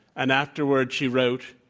and afterwards, she wrote,